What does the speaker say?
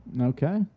Okay